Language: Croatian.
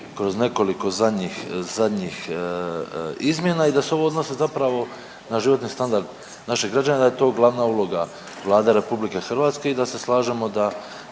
kroz nekoliko zadnjih, zadnjih izmjena i da se ovo odnosi zapravo na životni standard naših građana i da je to glavana uloga Vlade RH i da se slažemo da